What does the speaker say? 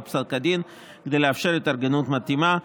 פסק הדין כדי לאפשר התארגנות מתאימה.